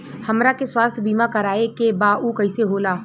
हमरा के स्वास्थ्य बीमा कराए के बा उ कईसे होला?